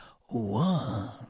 one